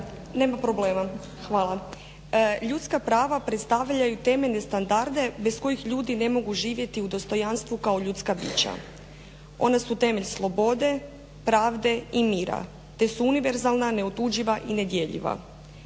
Nema problema, hvala. Ljudska prava predstavljaju temeljne standarde bez kojih ljudi ne mogu živjeti u dostojanstvu kao ljudska bića. Ona su temelj slobode, pravde i mira te su univerzalna neotuđiva i nedjeljiva.